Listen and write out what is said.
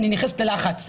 אני נכנסת ללחץ אוטומטית.